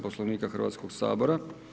Poslovnika Hrvatskog sabora.